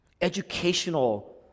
educational